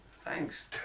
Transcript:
Thanks